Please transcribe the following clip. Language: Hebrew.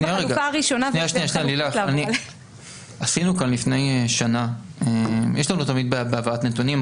לנו תמיד בעיה בהעברת נתונים,